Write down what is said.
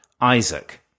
Isaac